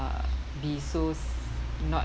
be so not